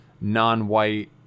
non-white